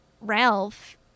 Ralph